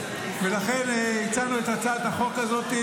ולכן הצענו את הצעת החוק הזאת,